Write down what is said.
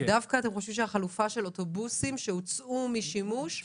אתם חושבים שהחלופה של אוטובוסים שהוצאו משימוש,